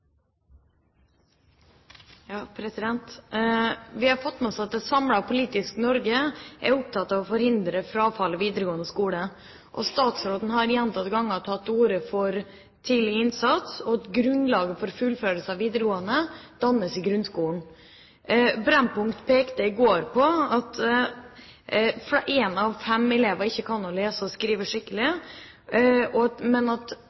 Vi har fått med oss at et samlet politisk Norge er opptatt av å forhindre frafall i videregående skole. Og statsråden har gjentatte ganger tatt til orde for tidlig innsats og sagt at grunnlaget for fullførelse av videregående dannes i grunnskolen. Brennpunkt pekte i går på at én av fem elever ikke kan lese og skrive skikkelig, men at retten til videregående opplæring gjør at